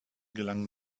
gelangen